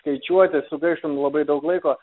skaičiuoti sugaištum labai daug laiko